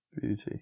Beauty